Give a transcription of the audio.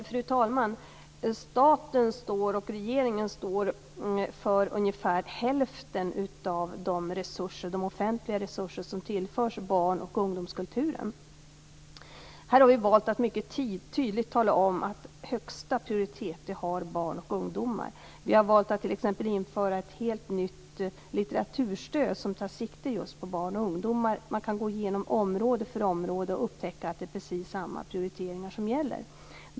Fru talman! Staten och regeringen står för ungefär hälften av de offentliga resurser som tillförs barn och ungdomskulturen. Vi har valt att mycket tydligt tala om att barn och ungdomar har högsta prioritet. Vi har valt att t.ex. införa ett helt nytt litteraturstöd som tar sikte just på barn och ungdomar. Man kan gå igenom område för område och upptäcka att det är precis samma prioriteringar som gäller.